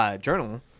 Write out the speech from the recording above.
journal